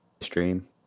Stream